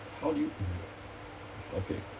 how do you okay